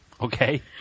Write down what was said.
Okay